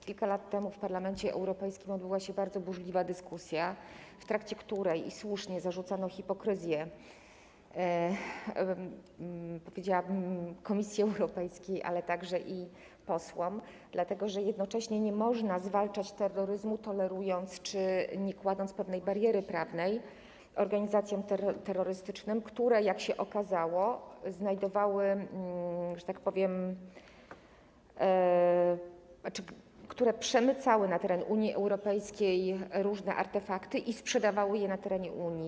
Kilka lat temu w Parlamencie Europejskim odbyła się bardzo burzliwa dyskusja, w trakcie której, i słusznie, zarzucano hipokryzję, powiedziałabym Komisji Europejskiej, ale także i posłom, że nie można jednocześnie zwalczać terroryzmu, tolerując czy nie kładąc pewnej bariery prawnej organizacjom terrorystycznym, które, jak się okazało, przemycały na teren Unii Europejskiej różne artefakty i sprzedawały je na terenie Unii.